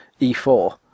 E4